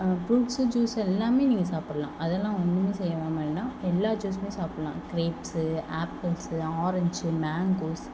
fruits juice எல்லாமே நீங்கள் சாப்பிட்லாம் அதெலாம் ஒன்றுமே செய்யவேணாம் எல்லா ஜூஸ்மே சாப்பிட்லாம் கிரேப்ஸு ஆப்பிள்ஸு ஆரஞ்சு மேங்கோஸ்